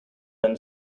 than